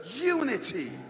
unity